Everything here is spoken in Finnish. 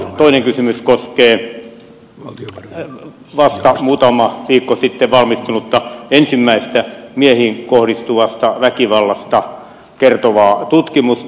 toinen kysymys koskee vasta muutama viikko sitten valmistunutta ensimmäistä miehiin kohdistuvasta väkivallasta kertovaa tutkimusta